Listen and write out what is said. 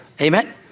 Amen